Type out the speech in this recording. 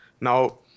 Now